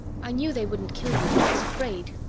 i knew they wouldn't kill you, but i was afraid!